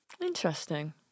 Interesting